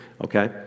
okay